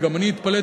וגם אני התפלאתי,